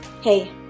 Hey